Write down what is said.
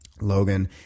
Logan